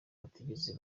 batigeze